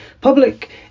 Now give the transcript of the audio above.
public